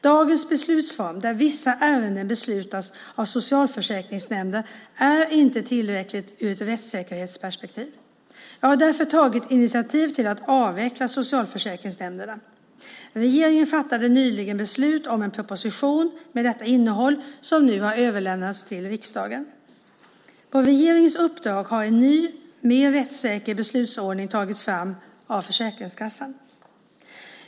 Dagens beslutsform, där vissa ärenden beslutas av socialförsäkringsnämnder, är inte tillräcklig ur ett rättssäkerhetsperspektiv. Jag har därför tagit initiativ till att avveckla socialförsäkringsnämnderna. Regeringen fattade nyligen beslut om en proposition med detta innehåll som nu har överlämnats till riksdagen. På regeringens uppdrag har en ny, mer rättssäker beslutsordning tagits fram av Försäkringskassan.